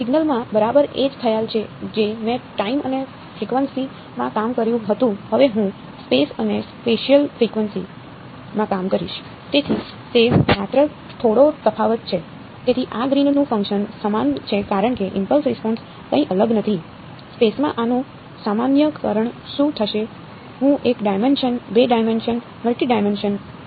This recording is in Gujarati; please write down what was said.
સિગ્નલોમાં બરાબર એ જ ખ્યાલ જે મેં ટાઇમ અને ફ્રિક્વન્સી માં કામ કર્યું હતું હવે હું સ્પેસ અને સ્પેશિયલ ફ્રિક્વન્સી બોલી શકું છું